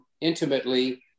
intimately